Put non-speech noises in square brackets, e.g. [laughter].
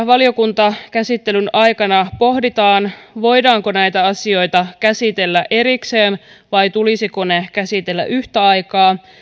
[unintelligible] valiokuntakäsittelyn aikana pohditaan voidaanko näitä asioita käsitellä erikseen vai tulisiko ne käsitellä yhtä aikaa